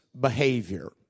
behavior